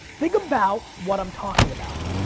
think about what i'm talking about.